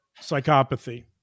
psychopathy